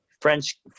French